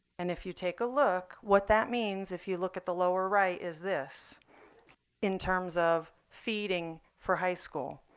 and if you take a look, what that means, if you look at the lower right, is this in terms of feeding for high school.